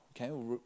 Okay